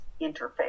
interface